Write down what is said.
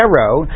arrow